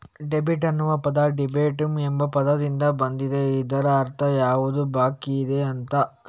debit ಅನ್ನುವ ಪದ ಡೆಬಿಟಮ್ ಎಂಬ ಪದದಿಂದ ಬಂದಿದ್ದು ಇದ್ರ ಅರ್ಥ ಯಾವುದು ಬಾಕಿಯಿದೆ ಅಂತ